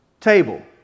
table